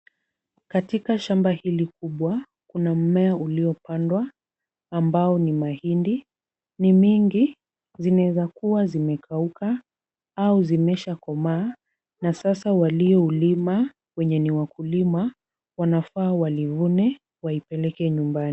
Katika shamba hili kubwa, kuna mmea uliopandwa ambao ni mahindi. Ni mingi. Zinaezakuwa zimekauka au zimeshakomaa na sasa walioulima wenye ni wakulima, wanafaa walivune waipeleke nyumbani.